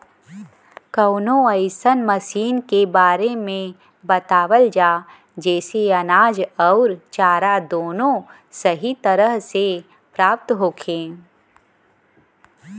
कवनो अइसन मशीन के बारे में बतावल जा जेसे अनाज अउर चारा दोनों सही तरह से प्राप्त होखे?